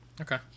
Okay